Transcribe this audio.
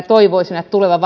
toivoisin että tulevaan